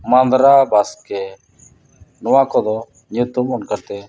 ᱢᱟᱫᱽᱨᱟ ᱵᱟᱥᱠᱮ ᱱᱚᱣᱟ ᱠᱚᱫᱚ ᱧᱩᱛᱩᱢᱟᱱ ᱠᱟᱛᱮᱫ